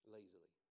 Lazily